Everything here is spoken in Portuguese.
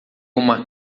uma